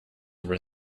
were